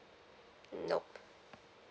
mm nope